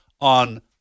on